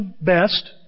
best